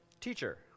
Teacher